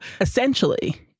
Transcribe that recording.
essentially